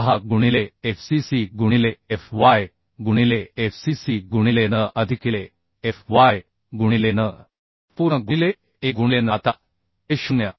6 गुणिले f c c गुणिले f y गुणिले f c c गुणिले n अधिकिले f y गुणिले n पूर्ण गुणिले 1 गुणिले n आता हे 0